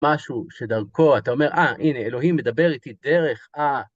משהו שדרכו אתה אומר, אה, הנה, אלוהים מדבר איתי דרך, ה...